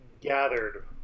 gathered